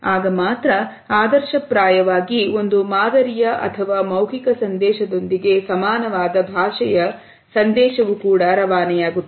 ಆಗ ಮಾತ್ರ ಆದರ್ಶಪ್ರಾಯವಾಗಿ ಒಂದು ಮಾದರಿಯ ಅಥವಾ ಮೌಖಿಕ ಸಂದೇಶದೊಂದಿಗೆ ಸಮಾನವಾದ ಭಾಷೆಯ ಸಂದೇಶವು ಕೂಡ ರವಾನೆಯಾಗುತ್ತದೆ